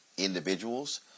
individuals